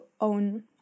own